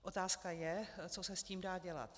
Otázka je, co se s tím dá dělat.